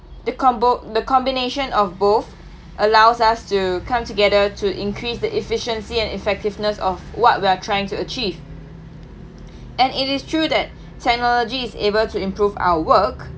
the combo the combination of both allows us to come together to increase the efficiency and effectiveness of what we're trying to achieve and it is true that technology is able to improve our work